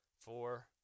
Four